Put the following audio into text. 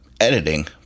editing